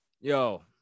Yo